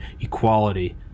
equality